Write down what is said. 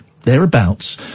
thereabouts